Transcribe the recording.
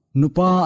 nupa